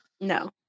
No